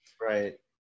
Right